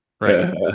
right